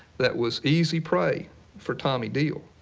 that was easy prey for tommy diehl.